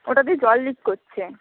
ওটাতে জল লিক করছে